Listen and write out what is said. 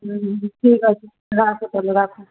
হুম হুম হুম ঠিক আছে রাখো তাহলে রাখো